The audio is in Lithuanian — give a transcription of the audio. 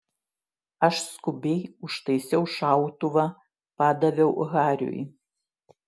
aš skubiai užtaisiau šautuvą padaviau hariui